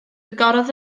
agorodd